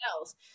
else